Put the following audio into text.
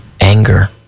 anger